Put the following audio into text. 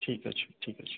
ঠিক আছে ঠিক আছে